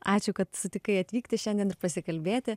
ačiū kad sutikai atvykti šiandien ir pasikalbėti